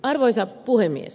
arvoisa puhemies